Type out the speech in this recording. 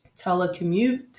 telecommute